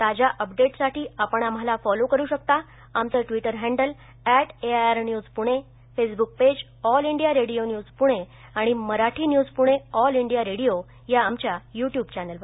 ताज्या अपडेट्ससाठी आपण आम्हाला फॉलो करू शकता आमचं टविटर हँडल ऍट एआयआरन्यज पणे Facebook page All India Radio News पणे आणि मराठी न्यज पणे ऑल इंडिया रेडियो या आमच्या यटयब चॅनेलवर